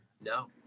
No